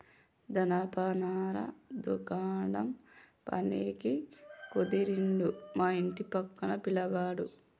జనపనార దుకాండ్ల పనికి కుదిరిండు మా ఇంటి పక్క పిలగాడు